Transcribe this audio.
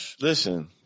listen